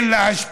אין לה השפעה.